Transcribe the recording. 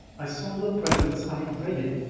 i saw the presence i had dreaded,